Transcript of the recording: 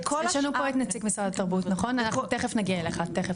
יש לנו פה את נציג משרד התרבות, תיכף נגיע אליך.